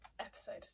episode